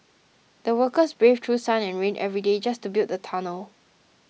the workers braved through sun and rain every day just to build the tunnel